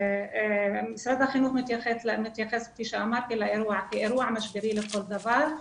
משרד החינוך מתייחס כפי שאמרתי לאירוע כאירוע משברי לכל דבר,